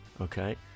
Okay